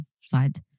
side